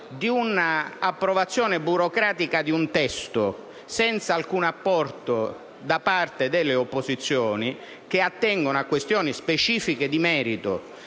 di una approvazione burocratica di un testo, senza alcun apporto da parte delle opposizioni che attenga a questioni specifiche di merito,